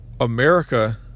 America